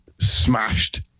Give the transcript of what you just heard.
smashed